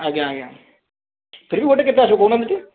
ଆଜ୍ଞା ଆଜ୍ଞା ଗୋଟେ କେତେ ଆସିବ କହୁନାହାନ୍ତି ଟି